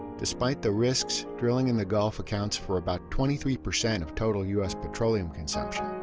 despite the risks, drilling in the gulf accounts for about twenty three percent of total u s. petroleum consumption.